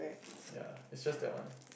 ya is just that one